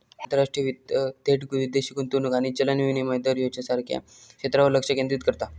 आंतरराष्ट्रीय वित्त थेट विदेशी गुंतवणूक आणि चलन विनिमय दर ह्येच्यासारख्या क्षेत्रांवर लक्ष केंद्रित करता